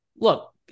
Look